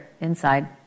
inside